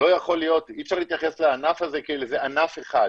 אי אפשר להתייחס לענף הזה כאל איזה ענף אחד,